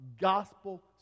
gospel